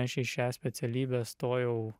aš į šią specialybę stojau